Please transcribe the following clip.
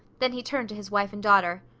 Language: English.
then he turned to his wife and daughter.